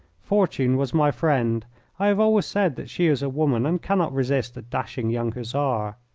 fortune was my friend i have always said that she is a woman and cannot resist a dashing young hussar.